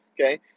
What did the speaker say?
okay